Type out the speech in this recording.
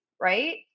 right